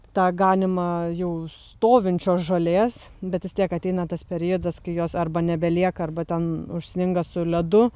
tą ganimą jau stovinčio žolės bet vis tiek ateina tas periodas kai jos arba nebelieka arba ten užsninga su ledu